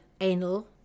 anal